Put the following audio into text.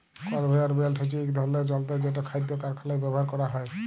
conveyor belt হছে ইক ধরলের যল্তর যেট খাইদ্য কারখালায় ব্যাভার ক্যরা হ্যয়